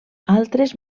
altres